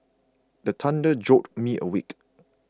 the thunder jolt me awake